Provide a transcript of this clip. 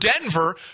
Denver